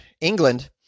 England